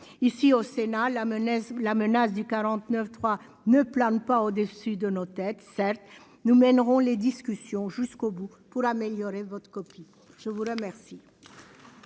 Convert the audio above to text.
la menace, la menace du 49 3 ne plane pas au-dessus de nos têtes, certes nous mèneront les discussions jusqu'au bout pour améliorer votre copie, je vous remercie.